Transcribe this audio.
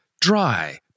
dry